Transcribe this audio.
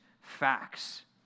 facts